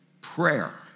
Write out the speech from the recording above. Prayer